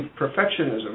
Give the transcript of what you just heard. perfectionism